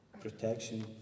protection